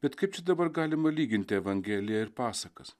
bet kaip čia dabar galima lyginti evangeliją ir pasakas